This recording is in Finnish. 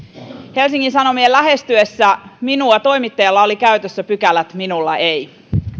helsingin sanomien lähestyessä minua toimittajalla oli käytössään pykälät minulla ei